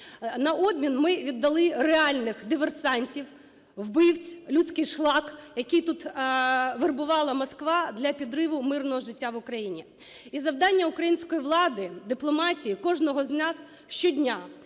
На обмін, ми віддали реальних диверсантів, вбивць, "людський шлак", який тут вербувала Москва для підриву мирного життя в Україні. І завдання української влади, дипломатії, кожного з нас, щодня,